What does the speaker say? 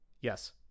Yes